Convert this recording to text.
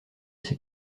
ses